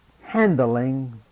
handling